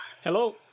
Hello